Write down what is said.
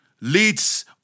leads